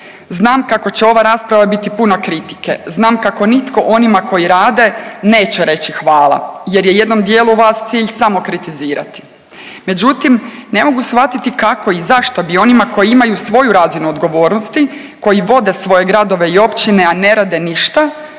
Znam kako će ova rasprava biti puna kritike, znam kako nitko onima koji rade neće reći hvala jer je jednom dijelu vas cilj samo kritizirati. Međutim ne mogu shvatiti kako i zašto bi onima koji imaju svoju razinu odgovornosti, koji vode svoje gradove i općine, a ne rade ništa,